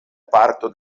parto